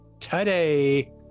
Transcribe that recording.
today